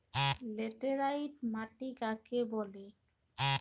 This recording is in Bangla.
লেটেরাইট মাটি কাকে বলে?